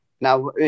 Now